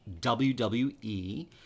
WWE